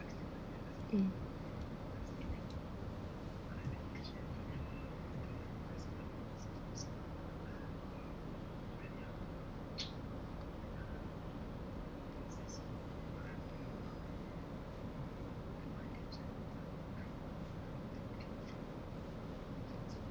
mm